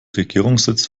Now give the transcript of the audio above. regierungssitz